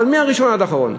מהראשון עד האחרון.